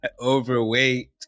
overweight